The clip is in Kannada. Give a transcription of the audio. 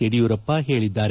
ಯಡಿಯೂರಪ್ಪ ಹೇಳಿದ್ದಾರೆ